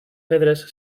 pedres